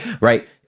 right